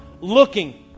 looking